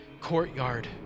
courtyard